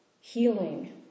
healing